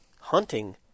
hunting